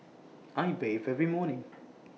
I bathe every morning